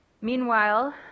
Meanwhile